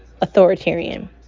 authoritarian